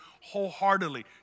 wholeheartedly